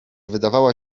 wydawała